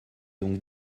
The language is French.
donc